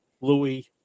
Louis